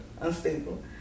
unstable